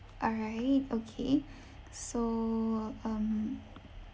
all right okay so um